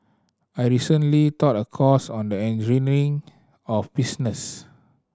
I recently taught a course on the of business